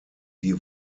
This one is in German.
die